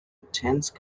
intense